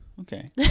Okay